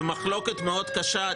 במחלוקת מאוד קשה.